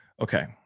Okay